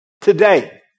Today